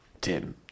Tim